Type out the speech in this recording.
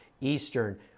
Eastern